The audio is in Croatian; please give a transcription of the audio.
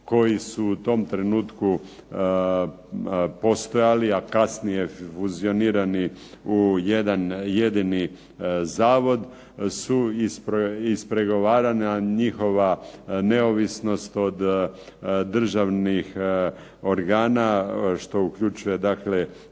koji su u tom trenutku postojali, a kasnije …/Ne razumije se./… u jedan u jedan jedini zavod su ispregovarana njihova neovisnost od državnih organa što uključuje dakle